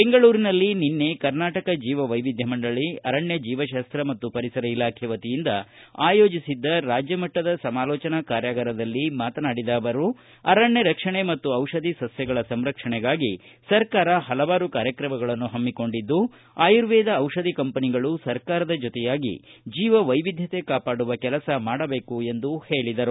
ಬೆಂಗಳೂರಿನಲ್ಲಿ ನಿನ್ನೆ ಕರ್ನಾಟಕ ಜೀವಿವೈವಿಧ್ಯ ಮಂಡಳಿ ಅರಣ್ಯ ಜೀವಿತಾಸ್ತ ಮತ್ತು ಪರಿಸರ ಇಲಾಖೆ ವತಿಯಿಂದ ಆಯೋಜಿಸಿದ್ದ ರಾಜ್ಯಮಟ್ಲದ ಸಮಾಲೋಜನಾ ಕಾರ್ಯಾಗಾರದಲ್ಲಿ ಮಾತನಾಡಿದ ಅವರು ಅರಣ್ಯ ರಕ್ಷಣೆ ಮತ್ತು ಔಷಧಿ ಸಸ್ಸಗಳ ಸಂರಕ್ಷಣೆಗಾಗಿ ಸರ್ಕಾರ ಪಲವಾರು ಕಾರ್ಯಕ್ರಮಗಳನ್ನು ಪಮ್ನಿಕೊಂಡಿದ್ದು ಆಯುರ್ವೇದ ಔಷಧಿ ಕಂಪನಿಗಳು ಸರ್ಕಾರದ ಜೊತೆಯಾಗಿ ಜೀವವೈವಿಧ್ಯತೆ ಕಾಪಾಡುವ ಕೆಲಸ ಮಾಡಬೇಕು ಎಂದು ಹೇಳಿದರು